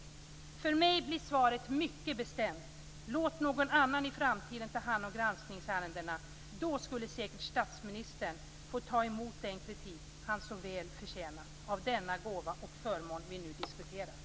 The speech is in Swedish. För mig är svaret mycket bestämt: Låt någon annan i framtiden ta hand om granskningsärendena! Då skulle säkert statsministern få ta emot den kritik han så väl förtjänar för den gåva och förmån som vi nu har diskuterat.